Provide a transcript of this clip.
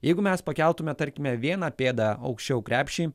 jeigu mes pakeltume tarkime viena pėda aukščiau krepšį